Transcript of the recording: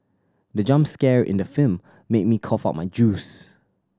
the jump scare in the film made me cough out my juice